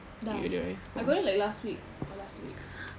dah I got it like last week or last two weeks